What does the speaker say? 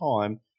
time